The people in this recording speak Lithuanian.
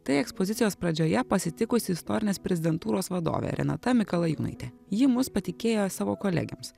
tai ekspozicijos pradžioje pasitikusi istorinės prezidentūros vadovė renata mikalajūnaitė ji mus patikėjo savo kolegėms